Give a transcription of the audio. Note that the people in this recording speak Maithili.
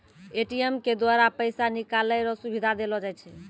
ए.टी.एम के द्वारा पैसा निकालै रो सुविधा देलो जाय छै